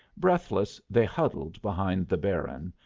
breathless they huddled behind the baron,